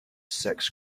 sex